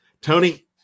Tony